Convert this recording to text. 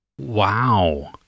wow